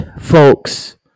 folks